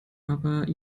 aber